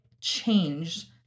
change